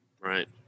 Right